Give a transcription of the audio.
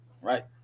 right